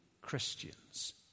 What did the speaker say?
Christians